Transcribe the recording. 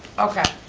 okay,